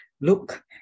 Look